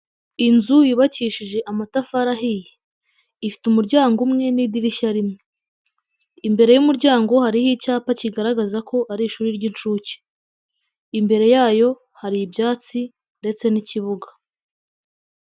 Inzu yubakishije amatafari ahiye ifite umuryango umwe n'idirishya rimwe, imbere y'umuryango hariho icyapa kigaragaza ko ari ishuri ry'inshuke, imbere yayo hari ibyatsi ndetse n'ikibuga.